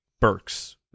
Burks